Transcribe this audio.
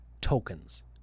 tokens